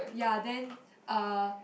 ya then uh